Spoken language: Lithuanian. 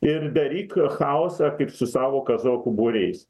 ir daryk chaosą kaip su savo kazokų būriais